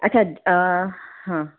અચ્છા હ